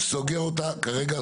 שנקריא.